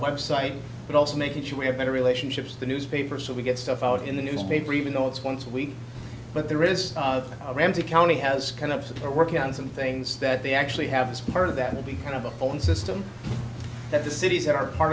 website but also making sure we have better relationships the newspaper so we get stuff out in the newspaper even though it's once a week but there is a ramsey county has come up so they're working on some things that they actually have as part of that will be kind of a phone system that the cities are part